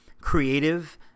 creative